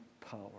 power